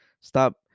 stop